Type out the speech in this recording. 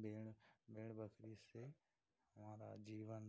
भेड़ भेड़ बकरी से हमारा जीवन